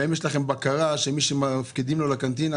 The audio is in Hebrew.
ואם יש לכם בקרה לגבי מי שמפקידים לו לקנטינה